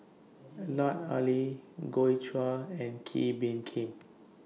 Lut Ali Joi Chua and Kee Bee Khim